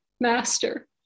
master